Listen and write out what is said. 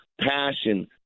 Passion